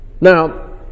Now